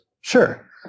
Sure